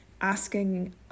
asking